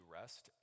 rest